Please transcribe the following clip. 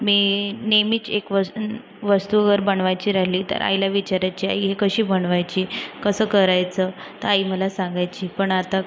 मी नेहमीच एक वसून वस्तूवर बनवायची राहिली तर आईला विचारायची आई हे कशी बनवायची कसं करायचं तर आई मला सांगायची पण आता